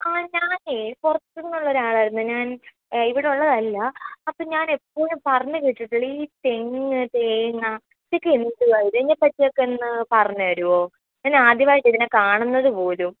ആ ഞാനേ പുറത്തു നിന്നുള്ള ഒരാൾ ആയിരുന്നേ ഞാൻ ഇവിടെ ഉള്ളതല്ല അപ്പം ഞാൻ എപ്പൊഴും പറഞ്ഞ് കേട്ടിട്ടേ ഉള്ളൂ ഈ തെങ്ങ് തേങ്ങ ഇതൊക്കെ എന്തുവാ ഇതിനെ പറ്റിയൊക്കെ ഒന്ന് പറഞ്ഞ് തരുമോ ഞാൻ ആദ്യമായിട്ടാണ് ഇതിനെ കാണുന്നത് പോലും